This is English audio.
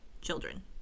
children